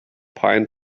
pine